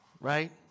right